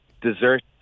dessert